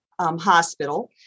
hospital